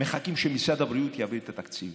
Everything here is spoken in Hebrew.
מחכים שמשרד הבריאות יעביר את התקציב,